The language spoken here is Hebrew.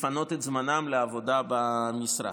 לפנות את זמנם לעבודה במשרד.